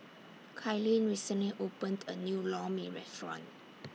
Kailyn recently opened A New Lor Mee Restaurant